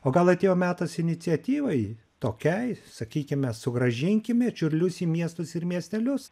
o gal atėjo metas iniciatyvai tokiai sakykime sugrąžinkime čiurlius į miestus ir miestelius